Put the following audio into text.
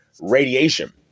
radiation